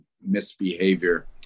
misbehavior